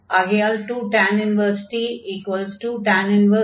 ஆகையால் 2t 2x 1 என்று ஆகும்